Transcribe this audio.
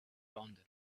london